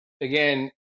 again